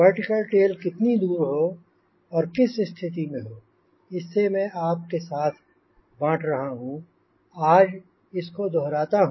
vertical tail कितनी दूर हो और किस स्थिति में हो इसे मैं आपके साथ बाँट रहा हूँ और आज इसको दोहराता हूंँ